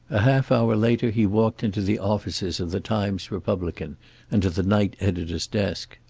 a half hour later he walked into the offices of the times-republican and to the night editor's desk.